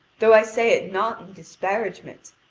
though i say it not in disparagement.